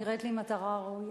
זו נראית לי מטרה ראויה.